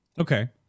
okay